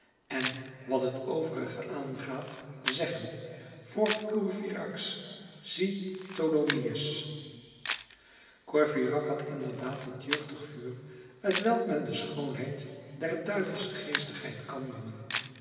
en wat het overige aangaat zeggen voor courfeyrac zie tholomyes courfeyrac had inderdaad dat jeugdig vuur t welk men de schoonheid der duivelsche geestigheid kan noemen